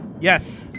Yes